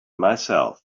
myself